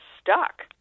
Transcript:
stuck